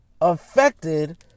affected